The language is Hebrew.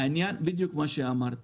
העניין הוא בדיוק מה שאמרת.